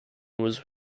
was